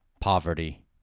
Poverty